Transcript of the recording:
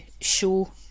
show